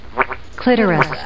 clitoris